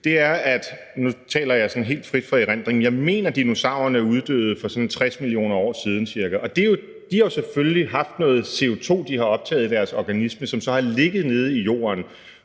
fra erindringen, at dinosaurerne uddøde for sådan 60 mio. år siden cirka, mener jeg, og der har jo selvfølgelig været noget CO2, de har optaget i deres organisme, som så har ligget nede i jorden,